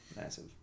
massive